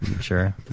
sure